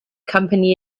company